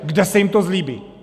Kde se jim to zlíbí!